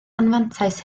anfantais